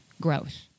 growth